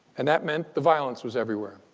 and that meant the violence was everywhere.